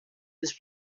his